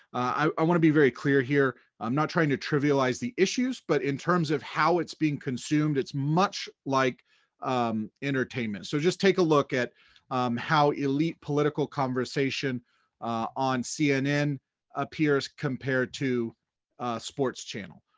i wanna be very clear here, i'm not trying to trivialize the issues, but in terms of how it's being consumed, it's much like entertainment. so just take a look at how elite political conversation on cnn appears compared to a sports channel,